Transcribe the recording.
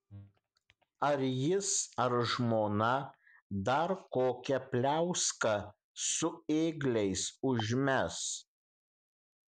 ar jis ar žmona dar kokią pliauską su ėgliais užmes